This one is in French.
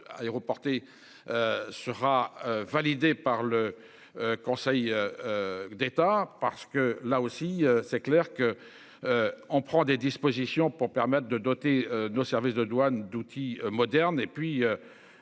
aéroportée. Sera validé par le. Conseil. D'État parce que là aussi c'est clair que. On prend des dispositions pour permettre de doter nos services de douanes d'outils modernes et puis.